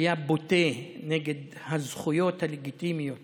היה בוטה נגד הזכויות הלגיטימיות